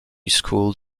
school